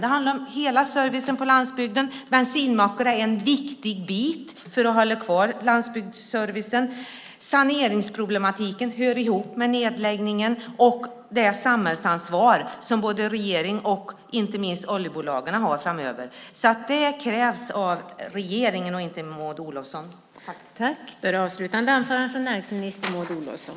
Det handlar om hela servicen på landsbygden. Bensinmackarna är en viktig bit för att hålla kvar landsbygdsservicen. Saneringsproblematiken hör ihop med nedläggningen, och detta är ett samhällsansvar som både regeringen och inte minst oljebolagen har framöver. Det krävs av regeringen och inte minst Maud Olofsson.